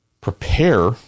prepare